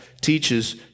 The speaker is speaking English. teaches